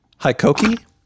Hikoki